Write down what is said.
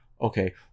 okay